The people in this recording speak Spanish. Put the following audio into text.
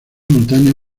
montaña